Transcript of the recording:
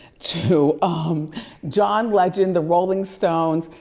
to um john legend, the rolling stones,